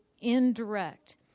indirect